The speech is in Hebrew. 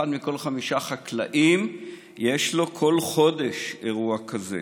לאחד מכל חמישה חקלאים יש כל חודש אירוע כזה.